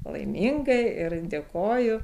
laiminga ir dėkoju